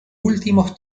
últimos